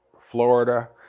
Florida